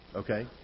Okay